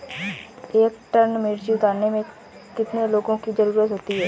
एक टन मिर्ची उतारने में कितने लोगों की ज़रुरत होती है?